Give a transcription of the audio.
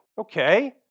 Okay